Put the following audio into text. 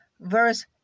verse